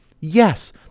Yes